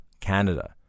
Canada